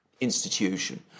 institution